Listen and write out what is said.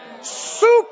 super